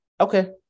Okay